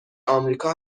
آمریکا